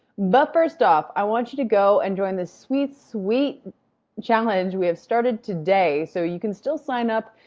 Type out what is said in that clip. but first off, i want you to go and join this sweet, sweet challenge we have started today, so you can still sign up.